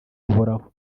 buhoraho